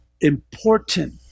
important